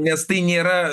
nes tai nėra